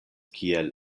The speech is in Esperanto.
kiel